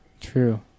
True